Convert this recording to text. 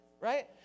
Right